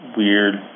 weird